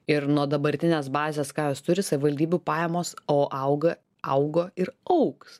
ir nuo dabartinės bazės ką jos turi savivaldybių pajamos o auga augo ir augs